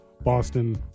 Boston